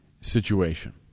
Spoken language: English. situation